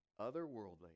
otherworldly